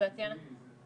ינסו